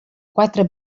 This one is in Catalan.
quatre